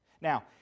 Now